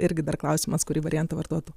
irgi dar klausimas kurį variantą vartotų